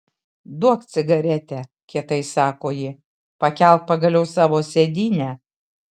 duok cigaretę kietai sako ji pakelk pagaliau savo sėdynę